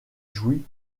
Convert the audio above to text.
jouit